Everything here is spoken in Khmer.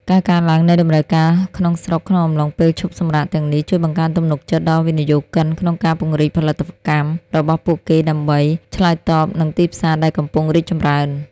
ការកើនឡើងនៃតម្រូវការក្នុងស្រុកក្នុងអំឡុងពេលឈប់សម្រាកទាំងនេះ ជួយបង្កើនទំនុកចិត្តដល់វិនិយោគិនក្នុងការពង្រីកផលិតកម្មរបស់ពួកគេដើម្បីឆ្លើយតបនឹងទីផ្សារដែលកំពុងរីកចម្រើន។